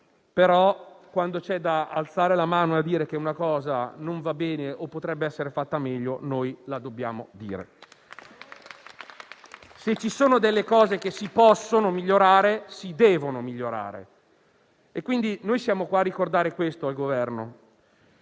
però quando c'è da alzare la mano e dire che qualcosa non va bene o potrebbe essere fatta meglio, lo dobbiamo dire. Se ci sono delle cose che si possono migliorare, si devono migliorare e noi siamo qui a ricordarlo al Governo.